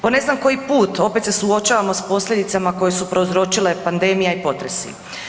Po ne znam koji put opet se suočavamo s posljedicama koje su prouzročile pandemija i potresi.